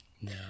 No